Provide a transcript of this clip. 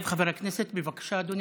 חבר הכנסת עמר בר לב, בבקשה, אדוני.